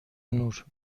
نور